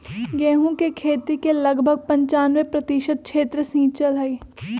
गेहूं के खेती के लगभग पंचानवे प्रतिशत क्षेत्र सींचल हई